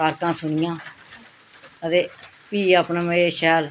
कारकां सुनियां आं ते फ्ही अपना मज़े दे शैल